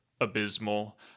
abysmal